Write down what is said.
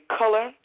color